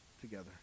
together